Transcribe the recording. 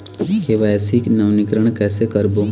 KYC नवीनीकरण कैसे करबो?